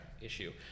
issue